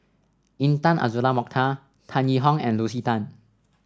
Intan Azura Mokhtar Tan Yee Hong and Lucy Tan